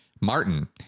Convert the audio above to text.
Martin